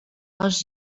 els